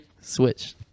switch